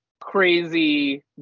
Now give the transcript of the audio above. crazy